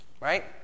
Right